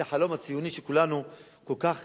ואת החלום הציוני שכולנו כל כך